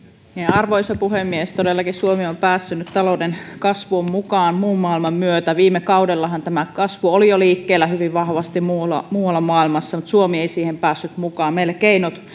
arvoisa puhemies todellakin suomi on päässyt nyt talouden kasvuun mukaan muun maailman myötä viime kaudellahan tämä kasvu oli jo liikkeellä hyvin vahvasti muualla muualla maailmassa mutta suomi ei siihen päässyt mukaan meillä keinot